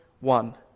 one